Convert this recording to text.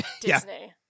Disney